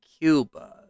Cuba